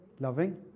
Loving